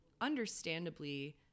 understandably